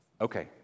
Okay